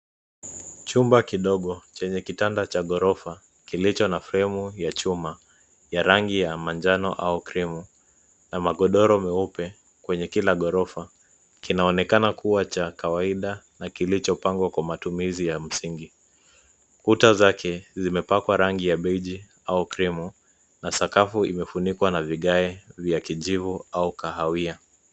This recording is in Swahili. Chumba kidogo chenye kitanda cha ghorofa kilicho na fremu ya chuma ya rangi ya manjano au (cs)cream(cs) na magodoro meupe kwenye kila ghorofa. Kinaonekana kuwa cha kawaida na kilichopangwa kwa matumizi ya mwingi. Kuta zake zimepakwa rangi ya benji au (cs)cream(cs) na sakafu imefunikwa na vigae vya kijivu au kahawia.